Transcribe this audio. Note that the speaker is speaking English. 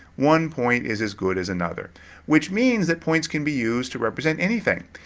one point is as good as another which means that points can be used to represent anything.